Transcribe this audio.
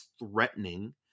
threatening